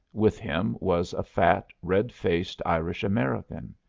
with him was a fat, red-faced irish-american.